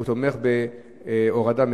תומך בהורדה מסדר-היום.